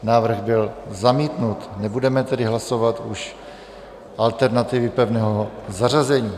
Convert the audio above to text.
Návrh byl zamítnut, nebudeme tedy už hlasovat alternativy pevného zařazení.